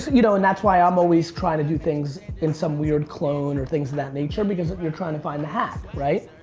you know and that's why i'm always tryin' to to things in some weird clone or things of that nature, because you're tryin' to find the hack, right.